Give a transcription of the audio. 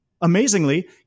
amazingly